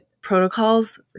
protocols